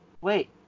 wait